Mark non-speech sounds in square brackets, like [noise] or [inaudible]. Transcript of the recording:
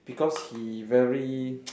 because he very [noise]